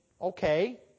okay